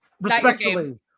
respectfully